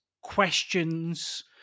questions